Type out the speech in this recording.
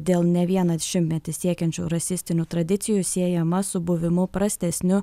dėl ne vieną šimtmetį siekiančių rasistinių tradicijų siejama su buvimu prastesniu